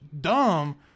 dumb